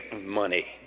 money